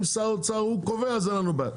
אם שר האוצר קובע אז אין לנו בעיה.